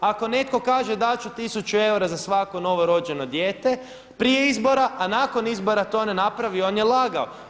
Ako netko kaže dati ću 1000 eura za svako novorođeno dijete prije izbora a nakon izbora to ne napravi on je lagao.